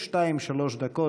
שתיים-שלוש דקות.